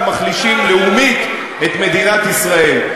הם מחלישים לאומית את מדינת ישראל.